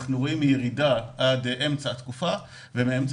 אנחנו רואים ירידה עד אמצע התקופה ומאמצע